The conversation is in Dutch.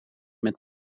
met